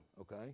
okay